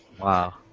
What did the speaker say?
Wow